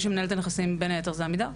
מי שמנהל את הנכסים בין היתר זה עמידר.